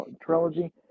Trilogy